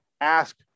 ask